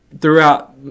Throughout